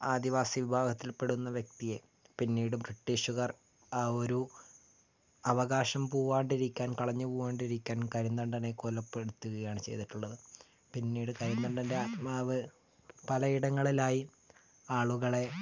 ആദിവാസി വിഭാഗത്തിൽ പെടുന്ന വ്യക്തിയെ പിന്നീട് ബ്രിട്ടീഷുകാർ ആ ഒരു അവകാശം പോകാതിരിക്കാൻ കളഞ്ഞുപോകാതിരിക്കാൻ കരിന്തണ്ടനെ കൊലപ്പെടുത്തുകയാണ് ചെയ്തിട്ടുള്ളത് പിന്നീട് കരിന്തണ്ടൻ്റെ ആത്മാവ് പലയിടങ്ങളിലായി ആളുകളെ